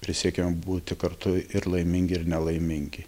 prisiekė būti kartu ir laimingi ir nelaimingi